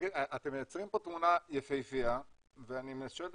אתם מייצרים פה תמונה יפהפייה ואני שואל את